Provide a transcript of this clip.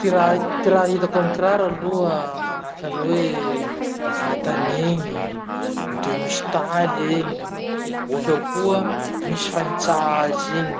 Ty raha ty raha hitako amy kiraro aloha manahaky any hoe vatan'igny, de misy taly egny, bakeo koa misy fanitsaha azy iny.